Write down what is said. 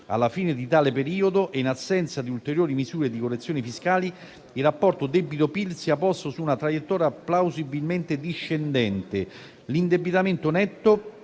alla fine di tale periodo e in assenza di ulteriori misure di correzione fiscali, il rapporto debito-PIL sia posto su una traiettoria plausibilmente discendente. L'indebitamento netto